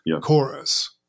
chorus